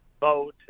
vote